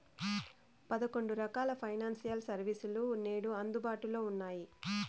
పదకొండు రకాల financial service లు నేడు అందుబాటులో ఉన్నాయి